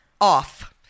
off